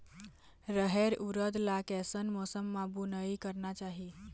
रहेर उरद ला कैसन मौसम मा बुनई करना चाही?